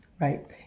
Right